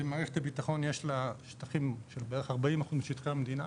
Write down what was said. ומערכת הביטחון יש לה שטחים של בערך 40% משטחי המדינה,